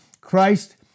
Christ